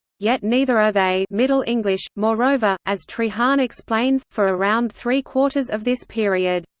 yet neither are they middle english moreover, as treharne explains, for around three-quarters of this period,